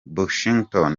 bushington